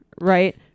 right